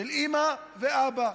של אימא ואבא.